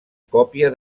còpia